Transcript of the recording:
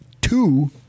two